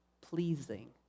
pleasing